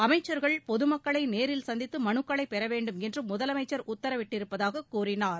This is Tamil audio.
அமைச்சர்கள் பொது மக்களை நேரில் சந்தித்து மனுக்களைப் பெற வேண்டுமென்று முதலமைச்சர் உத்தரவிட்டிருப்பதாகக் கூறினார்